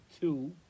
two